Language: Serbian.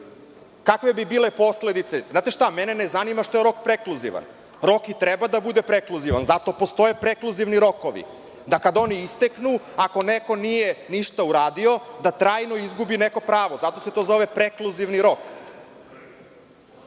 Kakve bi bile posledice? Znate šta? Mene ne zanima što je rok prekluzivan. Rok i treba da bude prekluzivan. Zato postoje prekluzivni rokovi da kada oni isteknu ako neko nije ništa uradi da trajno izgubi neko pravo i zato se to zove prekluzivni rok. Vi